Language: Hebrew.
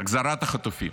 החזרת החטופים.